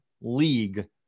league